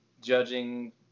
judging